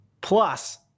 plus